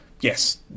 yes